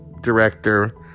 director